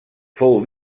fou